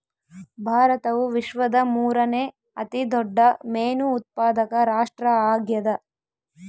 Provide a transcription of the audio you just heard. ಭಾರತವು ವಿಶ್ವದ ಮೂರನೇ ಅತಿ ದೊಡ್ಡ ಮೇನು ಉತ್ಪಾದಕ ರಾಷ್ಟ್ರ ಆಗ್ಯದ